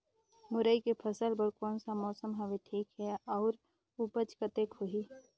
मुरई के फसल बर कोन सा मौसम हवे ठीक हे अउर ऊपज कतेक होही?